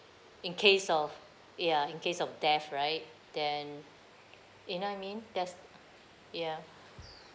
in case of ya in case of death right then you know I mean death ya